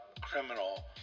criminal